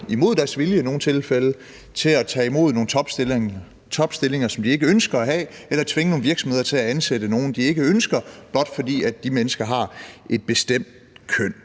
imod deres vilje – til at tage imod nogle topstillinger, som de ikke ønsker at have, eller tvinge nogle virksomheder til at ansætte nogle, de ikke ønsker, blot fordi de mennesker har et bestemt køn.